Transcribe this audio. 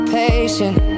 patient